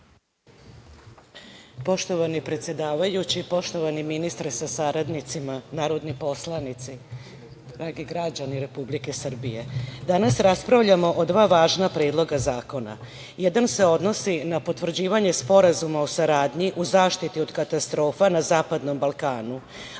Poštovani predsedavajući, poštovani ministre sa saradnicima, narodni poslanici, dragi građani Republike Srbije, danas raspravljamo o dva važna predloga zakona. Jedan se odnosi na potvrđivanje Sporazuma o saradnji u zaštiti od katastrofa na Zapadnom Balkanu,